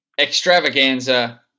extravaganza